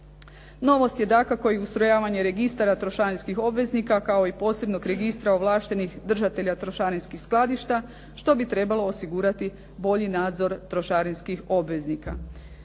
Novost je dakako i ustrojavanje registara trošarinskih obveznika, kao i posebnog registra ovlaštenih držatelja trošarinskih skladišta, što bi trebalo osigurati bolji nadzor trošarinskih obveznika.